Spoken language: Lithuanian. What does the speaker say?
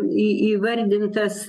į įvardintas